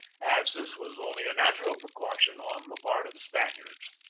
as this was only a natural precaution on the part of the spaniards.